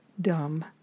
dumb